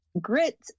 grit